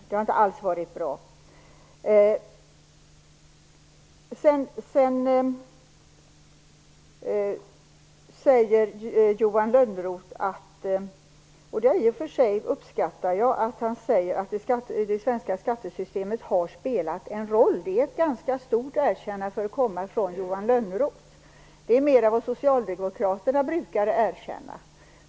Det har inte alls varit bra. Jag uppskattar att Johan Lönnroth säger att det svenska skattesystemet har spelat en roll. Det är ett ganska stort erkännande för att komma från Johan Lönnroth. Det är mer än vad socialdemokraterna brukar erkänna.